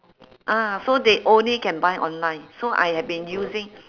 ah so they only can buy online so I had been using